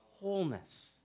wholeness